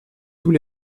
tous